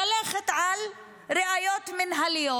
ללכת על ראיות מינהליות,